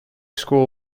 school